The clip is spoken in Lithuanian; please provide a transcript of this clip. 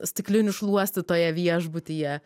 stiklinių šluostytoja viešbutyje